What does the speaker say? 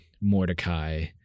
mordecai